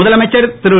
முதலமைச்சர் திருவி